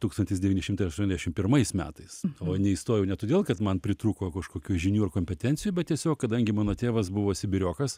tūkstantis devyni šimtai aštuoniasdešim pirmais metais o neįstojau ne todėl kad man pritrūko kažkokių žinių ar kompetencijų bet tiesiog kadangi mano tėvas buvo sibiriokas